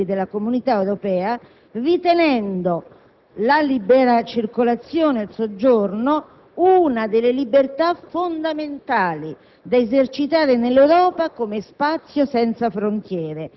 che si propone di estendere e rafforzare la libera circolazione e il soggiorno dei cittadini degli Stati membri dell'Unione Europea e,